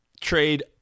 trade